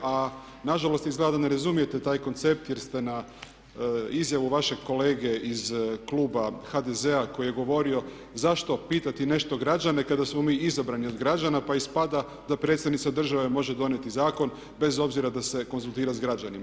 A na žalost, izgleda da ne razumijete taj koncept jer ste na izjavu vašeg kolege iz kluba HDZ-a koji je govorio zašto pitati nešto građane kada smo mi izabrani od građana pa ispada da predsjednica države može donijeti zakon bez obzira da se konzultira sa građanima.